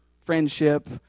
Friendship